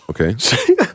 Okay